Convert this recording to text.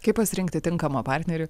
kaip pasirinkti tinkamą partnerį